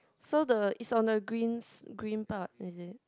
so the it's on the green green part is it